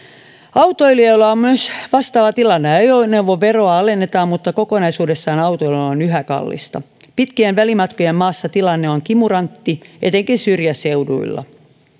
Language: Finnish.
autoilijoilla on myös vastaava tilanne ajoneuvoveroa alennetaan mutta kokonaisuudessaan autoilu on yhä kallista pitkien välimatkojen maassa tilanne on kimurantti etenkin syrjäseuduilla